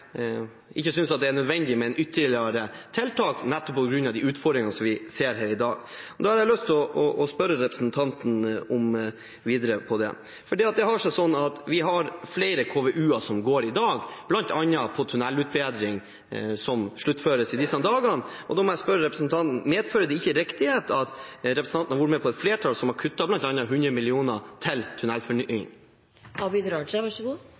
ikke synes det er nødvendig med ytterligere tiltak nettopp på grunn av utfordringene vi ser her i dag. Da har jeg lyst til å spørre representanten videre om det. Det har seg sånn at vi har flere KVU-er som går i dag, bl.a. om tunnelutbedring, som sluttføres i disse dager. Da må jeg spørre representanten: Medfører det ikke riktighet at representanten har vært med på et flertall som har kuttet bl.a. 100 mill. kr til